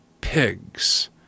pigs